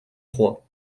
trois